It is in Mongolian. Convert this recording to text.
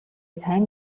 сайн